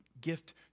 gift